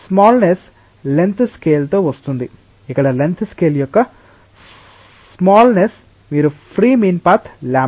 small Nes length scale తో వస్తుంది ఇక్కడ లెంగ్త్ స్కేల్ యొక్క smallness mean free path λ